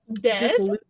Dead